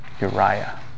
Uriah